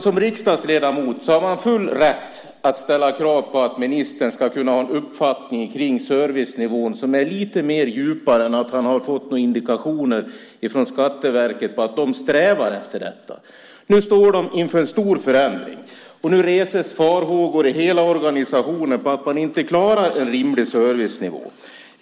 Som riksdagsledamot har man full rätt att ställa krav på att ministern ska kunna ha en uppfattning om servicenivån som är lite djupare än att han har fått några indikationer från Skatteverket på att de strävar efter detta. Nu står Skatteverket inför en stor förändring, och nu reses farhågor i hela organisationen för att man inte klarar en rimlig servicenivå.